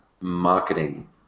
marketing